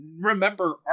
remember